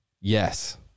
yes